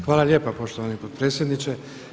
Hvala lijepo poštovani potpredsjedniče.